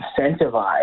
incentivize